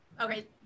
Okay